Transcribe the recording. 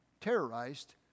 terrorized